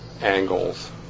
angles